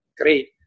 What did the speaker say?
great